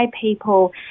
people